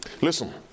Listen